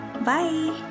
Bye